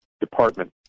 department